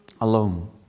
alone